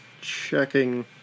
checking